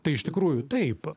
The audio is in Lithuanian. tai iš tikrųjų taip